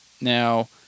now